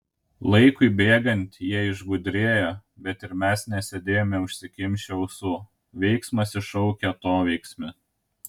laikui bėgant jie išgudrėjo bet ir mes nesėdėjome užsikimšę ausų veiksmas iššaukia atoveiksmį